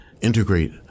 integrate